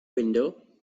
window